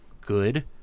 good